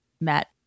Matt